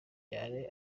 cyane